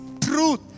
truth